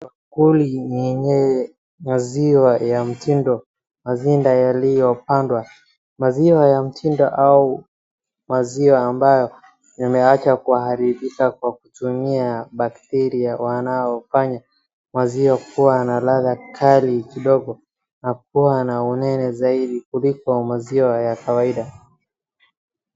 Bakuli yenye maziwa ya mtindo. Maziwa yaliyopandwa maziwa ya mtindo au maziwa ambayo yameachwa kuharibika kwa kutumia bacteria wanaofanya maziwa kuwa na ladha kali kidogo na kuwa na unene zaidi kuliko maziwa ya kawaida.